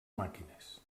màquines